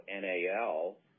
NAL